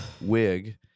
wig